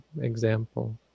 example